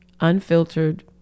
unfiltered